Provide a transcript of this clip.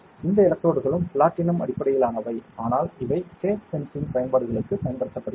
இந்த எலக்ட்ரோடுகளும் பிளாட்டினம் அடிப்படையிலானவை ஆனால் இவை கேஸ் சென்சிங் பயன்பாடுகளுக்குப் பயன்படுத்தப்படுகின்றன